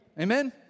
amen